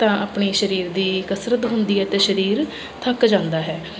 ਤਾਂ ਆਪਣੀ ਸਰੀਰ ਦੀ ਕਸਰਤ ਹੁੰਦੀ ਹੈ ਅਤੇ ਸਰੀਰ ਥੱਕ ਜਾਂਦਾ ਹੈ